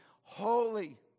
holy